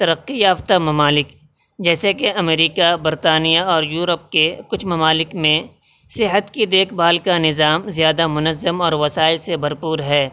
ترقی یافتہ ممالک جیسے کہ امریکہ برطانیہ اور یورپ کے کچھ ممالک میں صحت کی دیکھ بھال کا نظام زیادہ منظم اور وسائل سے بھرپور ہے